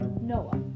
Noah